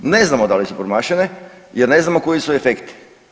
Ne znamo da li su promašene jer ne znamo koji su efekti.